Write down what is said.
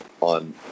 on